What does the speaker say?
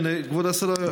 כבוד השרה,